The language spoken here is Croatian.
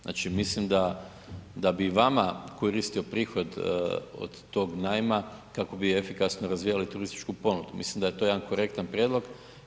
Znači mislim da bi vama koristio prihod od tog najma kako bi efikasno razvijali turističku ponudu, mislim da je to jedan korektan prijedlog.